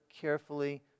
carefully